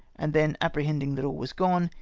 and then, apprehending that all was gone,